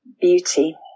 beauty